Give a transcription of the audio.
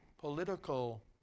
political